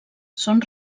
són